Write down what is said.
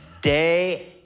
day